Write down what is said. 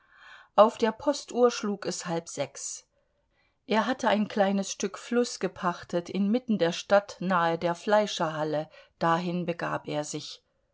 auf der postuhr schlug es halb sechs er hatte ein kleines stück fluß gepachtet inmitten der stadt nahe der fleischerhalle dahin begab er sich